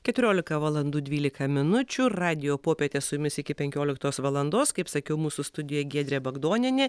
keturiolika valandų dvylika minučių radijo popietė su jumis iki penkioliktos valandos kaip sakiau mūsų studijoj giedrė bagdonienė